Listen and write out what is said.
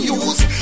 use